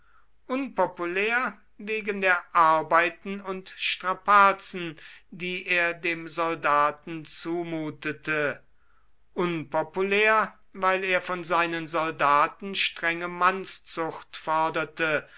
unpopulär wegen der arbeiten und strapazen die er dem soldaten zumutete unpopulär weil er von seinen soldaten strenge mannszucht forderte